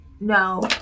no